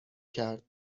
کرد